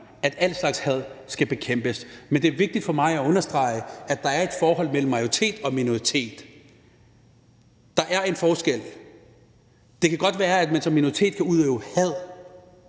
at al slags had skal bekæmpes. Men det er vigtigt for mig at understrege, at der er et forhold mellem majoritet og minoritet – der er en forskel. Det kan godt være, at man som minoritet kan udøve had